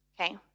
Okay